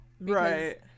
Right